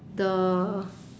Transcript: the